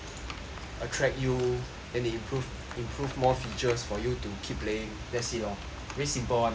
attract you and improve improve more features for you to keep playing that's it orh very simple [one]